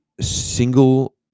single